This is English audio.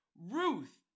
Ruth